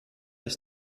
ist